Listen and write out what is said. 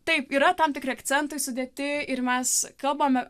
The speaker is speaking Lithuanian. taip yra tam tikri akcentai sudėti ir mes kalbame